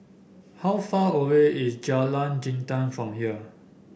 how far away is Jalan Jintan from here